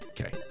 Okay